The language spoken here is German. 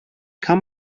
kann